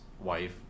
wife